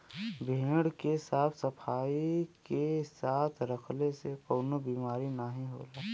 भेड़ के साफ सफाई के साथे रखले से कउनो बिमारी नाहीं होला